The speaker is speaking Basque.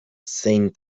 zein